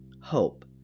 hope